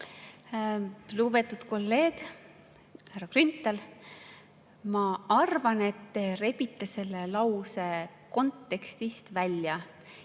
Lugupeetud kolleeg härra Grünthal! Ma arvan, et te rebite selle lause kontekstist välja.